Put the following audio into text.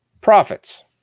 profits